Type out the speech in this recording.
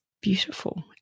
beautiful